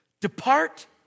Depart